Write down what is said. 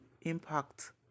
Impact